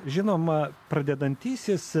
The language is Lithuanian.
žinoma pradedantysis